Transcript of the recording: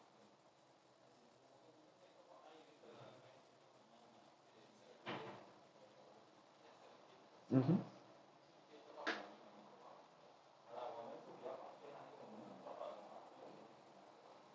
mmhmm